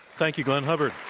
thank you, glenn hubbard.